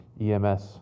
EMS